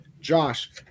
Josh